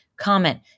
comment